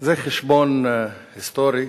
וזה חשבון היסטורי